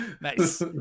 nice